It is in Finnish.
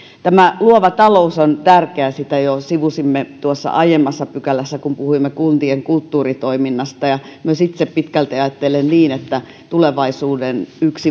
tämä luova talous on tärkeää sitä jo sivusimme tuossa aiemmassa kohdassa kun puhuimme kuntien kulttuuritoiminnasta ja myös itse pitkälti ajattelen niin että yksi tulevaisuuden